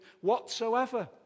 whatsoever